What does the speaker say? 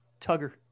Tugger